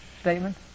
statement